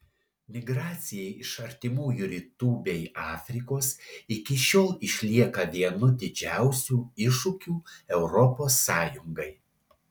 migracija iš artimųjų rytų bei afrikos iki šiol išlieka vienu didžiausių iššūkių europos sąjungai